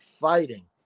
fighting